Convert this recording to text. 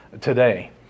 today